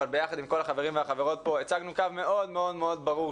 אבל ביחד עם כל החברים והחברות פה הצגנו קו מאוד מאוד מאוד ברור,